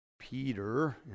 Peter